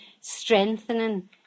strengthening